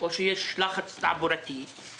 או שיש לחץ תעבורתי,